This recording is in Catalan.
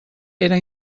era